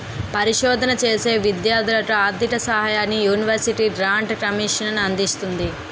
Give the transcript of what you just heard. పరిశోధన చేసే విద్యార్ధులకు ఆర్ధిక సహాయాన్ని యూనివర్సిటీ గ్రాంట్స్ కమిషన్ అందిస్తుంది